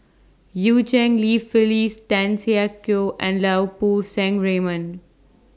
EU Cheng Li Phyllis Tan Siak Kew and Lau Poo Seng Raymond